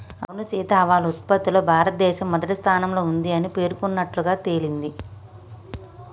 అవును సీత ఆవాల ఉత్పత్తిలో భారతదేశం మొదటి స్థానంలో ఉంది అని పేర్కొన్నట్లుగా తెలింది